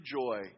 joy